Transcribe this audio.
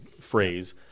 phrase